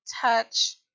touch